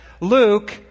Luke